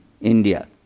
India